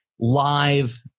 live